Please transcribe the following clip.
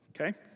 okay